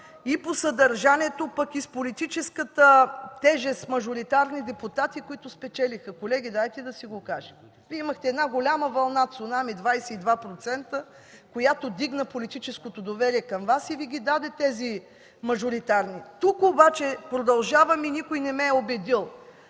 и по съдържанието, пък и с политическата тежест мажоритарни депутати, които спечелиха. Колеги, дайте да си го кажем. Вие имахте една голяма вълна цунами 22%, която дигна политическото доверие към Вас и Ви даде тези мажоритарни депутати. Тук обаче продължавам и никой не ме е убедил